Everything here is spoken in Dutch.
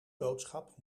boodschap